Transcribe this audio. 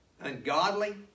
ungodly